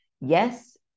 Yes